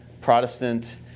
Protestant